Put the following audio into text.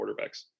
quarterbacks